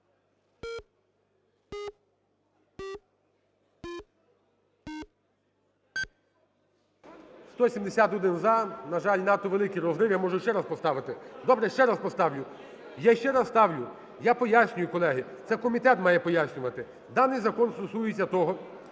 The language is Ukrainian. За-171 На жаль, надто великий розрив. Я можу ще раз поставити. Добре, ще раз поставлю. Я ще раз ставлю. Я пояснюю, колеги, це комітет має пояснювати. Даний закон стосується того,